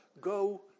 go